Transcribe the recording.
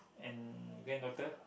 and granddaughter